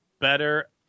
better